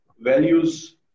values